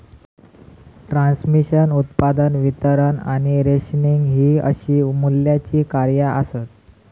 transmission, उत्पादन, वितरण आणि रेशनिंग हि अशी मूल्याची कार्या आसत